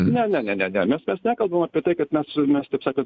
ne ne ne ne ne mes mes nekalbam apie tai kad mes mes taip sakant